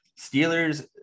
Steelers